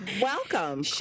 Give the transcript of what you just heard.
Welcome